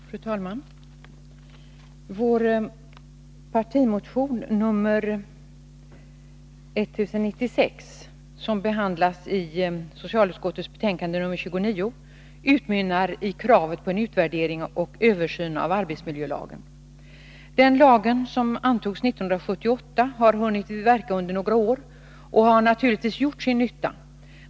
Fru talman! Vår partimotion nr 1096, som behandlas i socialutskottets betänkande 29, utmynnar i kravet på en utvärdering och översyn av arbetsmiljölagen. Den lagen, som antogs 1978, har hunnit verka under några år och har naturligtvis gjort sin nytta.